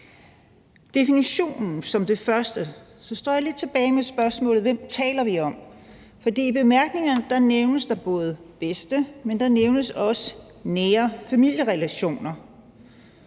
definitionen, står jeg lidt tilbage med spørgsmålet: Hvem taler vi om? For i bemærkningerne nævnes der både bedste, men også nære familierelationer.